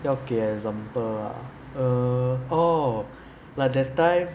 要给 example ah err orh like that time